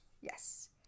Yes